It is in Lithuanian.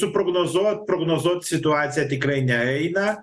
suprognozuot prognozuot situaciją tikrai neeina